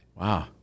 Wow